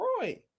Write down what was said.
Roy